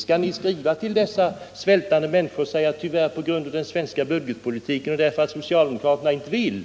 Skall ni skriva till dessa svältande människor och säga att på grund av den svenska budgetpolitiken och därför att socialdemokraterna inte vill